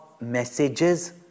messages